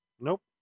Nope